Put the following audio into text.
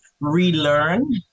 relearn